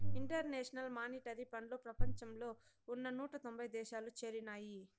international monetary ఫండ్లో ప్రపంచంలో ఉన్న నూట తొంభై దేశాలు చేరినాయి